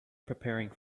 preparing